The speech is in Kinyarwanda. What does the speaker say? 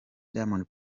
diamond